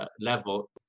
level